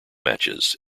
matches